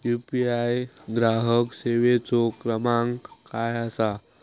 UPI ग्राहक सेवेचो क्रमांक काय असा?